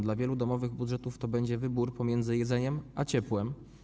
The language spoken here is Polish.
Dla wielu domowych budżetów to będzie wybór pomiędzy jedzeniem a ciepłem.